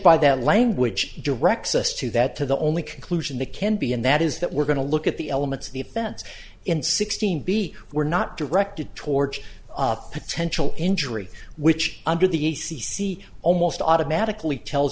by that language directs us to that to the only conclusion that can be and that is that we're going to look at the elements of the offense in sixteen b were not directed towards potential injury which under the e c c almost automatically tells